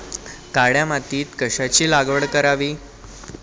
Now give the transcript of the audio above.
काळ्या मातीत कशाची लागवड करावी?